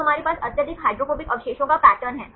तो हमारे पास अत्यधिक हाइड्रोफोबिक अवशेषों का पैटर्न है